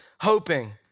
hoping